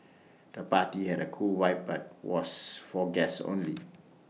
the party had A cool vibe but was for guests only